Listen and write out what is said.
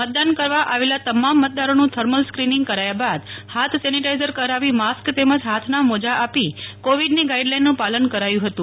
મતદાન કરવા આવેલા તમામ મતદારોનું થર્મલ સ્ક્રીનીંગ કરાયા બાદ હાથ સેનીટાઈઝર કરાવી માસ્ક તેમજ હાથના મોજા આપી કોવીડની ગાઈડ લાઈનનું પાલન કરાયુ હતુ